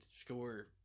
score